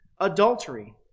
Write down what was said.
adultery